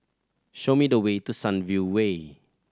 show me the way to Sunview Way